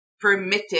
permitted